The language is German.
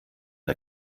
der